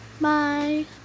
Bye